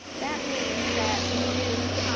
that means that we use